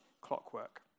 clockwork